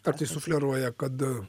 kartais sufleruoja kad